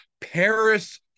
Paris